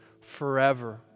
forever